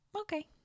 Okay